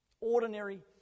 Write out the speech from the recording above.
ordinary